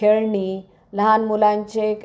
खेळणी लहान मुलांचे